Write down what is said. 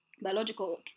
biological